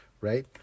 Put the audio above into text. right